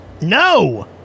no